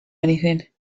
anything